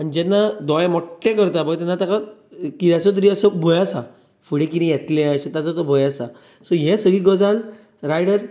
आनी जेन्ना दोळे मोठ्ठे करतात पळय तेन्ना ताका कित्याचो तरी ताका भंय आसा फुडें कितें येतलें ताचो तेका भंय आसा सो ही सगळी गजाल रायडर